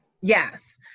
Yes